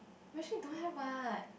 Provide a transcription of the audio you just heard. really don't have what